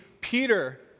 Peter